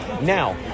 Now